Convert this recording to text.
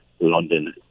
London